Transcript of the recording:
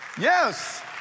Yes